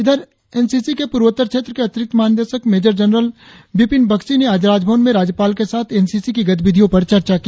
इधर N C C के पूर्वोत्तर क्षेत्र के अतिरिक्त महानिदेशक मेजर जनरल बिपिन बख्सी ने आज राजभवन में राज्यपाल के साथ एन सी सी की गतिविधियों पर चर्चा की